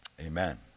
Amen